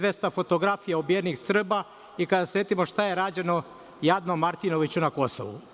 sa 2.200 fotografija ubijenih Srba i kada se setimo šta je rađeno jadnom Martinoviću na Kosovu.